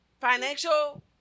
financial